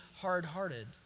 hard-hearted